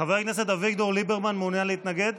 חבר הכנסת אביגדור ליברמן, מעוניין להתנגד?